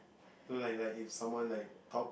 like like if someone like talk